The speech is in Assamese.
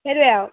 সেইটোৱে আৰু